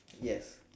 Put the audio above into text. yes